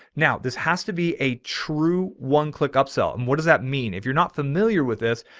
now this has to be a true oneclickupsell. and what does that mean? if you're not familiar with this?